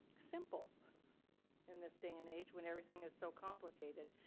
simple in this day and age when everything is so complicated.